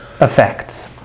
effects